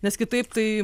nes kitaip tai